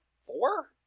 four